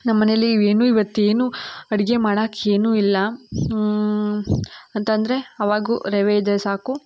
ನಮ್ಮ ಮನೇಲಿ ಏನು ಇವತ್ತು ಏನು ಅಡುಗೆ ಮಾಡೋಕ್ ಏನೂ ಇಲ್ಲ ಅಂತಂದರೆ ಅವಾಗೂ ರವೆ ಇದ್ದರೆ ಸಾಕು